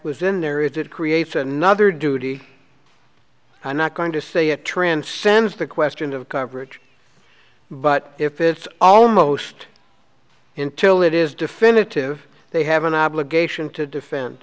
was in there is it creates another duty i'm not going to say it transcends the question of coverage but if it's almost intil it is definitive they have an obligation to defend